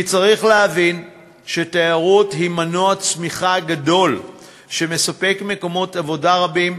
כי צריך להבין שתיירות היא מנוע צמיחה גדול שמספק מקומות עבודה רבים,